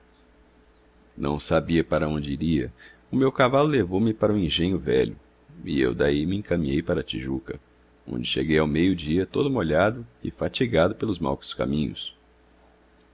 não sabia para onde iria o meu cavalo levou-me para o engenho velho e eu daí me encaminhei para a tijuca onde cheguei ao meio-dia todo molhado e fatigado pelos maus caminhos